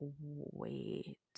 wait